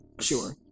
Sure